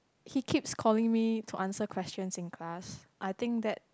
he keeps calling me to answer questions in class I think that